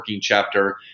chapter